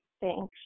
Thanks